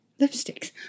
lipsticks